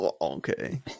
okay